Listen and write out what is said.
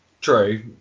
True